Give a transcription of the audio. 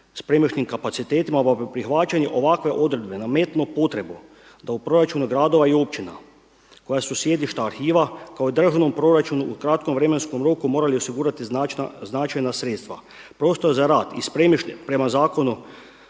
spremišnim kapacitetima pa prihvaćanje ovakve odredbe nametnuo potrebu da u proračunu gradova i općina koja su sjedišta arhiva kao državnom proračunu u kratkom vremenskom roku morali osigurati značajna sredstva, prostor za rad i … prema Zakonu